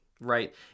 Right